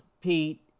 Pete